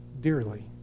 dearly